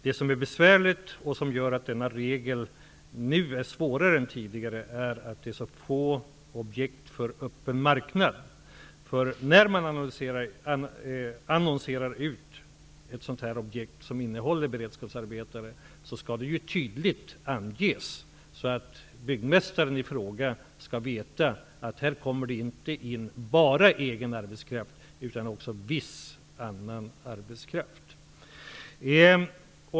Det som är besvärligt och som gör att denna regel nu är svårare än tidigare är att det är så få objekt för öppen marknad. När man annonserar ut ett objekt som innehåller beredskapsarbetare, skall det tydligt anges, så att byggmästaren i fråga skall veta att det inte blir fråga om egen arbetskraft utan även viss annan arbetskraft.